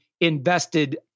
invested